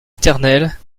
éternel